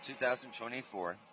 2024